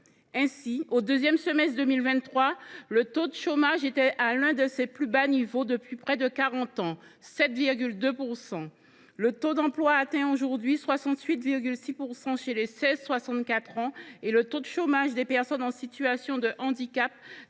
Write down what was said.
Ainsi, au second semestre 2023, le taux de chômage était à l’un de ses plus bas niveaux depuis près de quarante ans : 7,2 %. Le taux d’emploi atteint aujourd’hui 68,6 % chez les 16 64 ans et le taux de chômage des personnes en situation de handicap